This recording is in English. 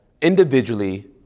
individually